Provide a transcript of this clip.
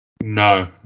No